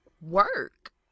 work